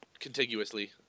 contiguously